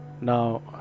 now